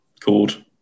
called